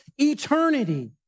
eternity